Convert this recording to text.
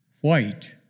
white